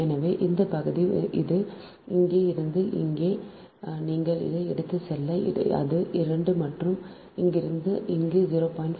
எனவே இந்த பகுதி இது இங்கேயிருந்து இங்கே நீங்கள் இதை எடுத்துச் சென்றால் அது 2 மற்றும் இங்கிருந்து இங்கு 0